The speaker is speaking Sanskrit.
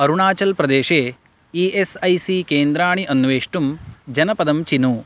अरुणाचल् प्रदेशे ई एस् ऐ सी केन्द्राणि अन्वेष्टुं जनपदं चिनु